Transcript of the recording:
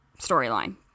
storyline